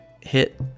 hit